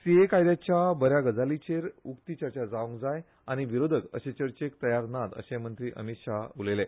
सीएए कायद्याच्या बऱ्या गजालीचेर उक्ती चर्चा जावंक जाय आनी विरोधक अशे चर्चेक तयार ना अशें मंत्री अमीत शाह उलयले